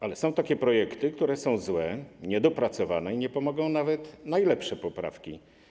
Ale są takie projekty, które są złe, niedopracowane i którym nie pomogą nawet najlepsze poprawki.